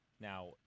Now